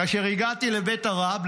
כאשר הגעתי לבית הרב,